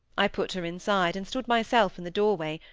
i put her inside, and stood myself in the doorway,